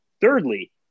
thirdly